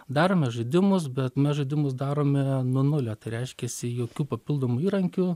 darome žaidimus bet mes žaidimus darome nuo nulio tai reiškiasi jokių papildomų įrankių